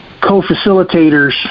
co-facilitators